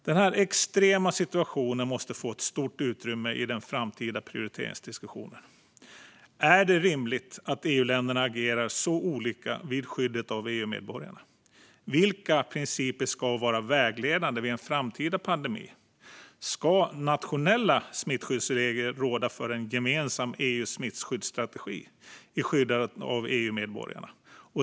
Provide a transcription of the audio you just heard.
Denna extrema situation måste få ett stort utrymme i den framtida prioriteringsdiskussionen. Är det rimligt att EU-länderna agerar så olika när det gäller skyddet av EU-medborgarna? Vilka principer ska vara vägledande vid en framtida pandemi? Ska nationella smittskyddsregler gå före en gemensam EU-smittskyddsstrategi i skyddandet av EU-medborgarna?